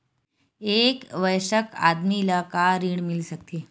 एक वयस्क आदमी ला का ऋण मिल सकथे?